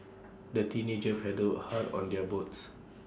the teenagers paddled hard on their boats